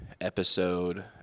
episode